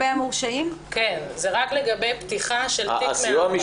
זה רק לגבי פתיחה של תיק מהעבר.